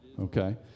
okay